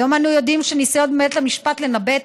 היום אנו יודעים שהניסיון של בית המשפט לנבא את